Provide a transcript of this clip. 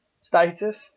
status